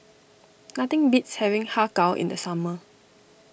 nothing beats having Har Kow in the summer